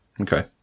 Okay